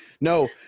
no